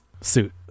suit